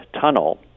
tunnel